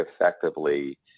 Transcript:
effectively